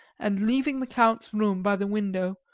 and leaving the count's room by the window,